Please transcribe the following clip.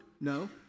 No